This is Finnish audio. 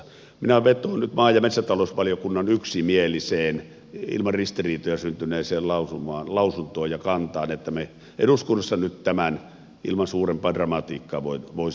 minä vetoan nyt maa ja metsätalousvaliokunnan yksimieliseen ilman ristiriitoja syntyneeseen lausuntoon ja kantaan että me eduskunnassa nyt tämän ilman suurempaa dramatiikkaa voisimme hyväksyä